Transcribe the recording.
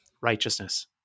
Righteousness